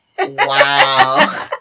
Wow